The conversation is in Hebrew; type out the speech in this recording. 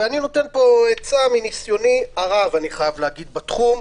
ואני נותן פה עצה מניסיוני הרב בתחום,